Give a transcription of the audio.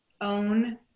own